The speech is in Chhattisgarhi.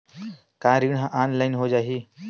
का ऋण ह ऑनलाइन हो जाही?